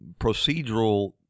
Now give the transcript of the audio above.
procedural